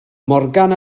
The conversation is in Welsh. morgan